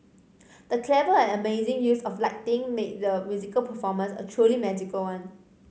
the clever and amazing use of lighting made the musical performance a truly magical one